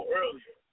earlier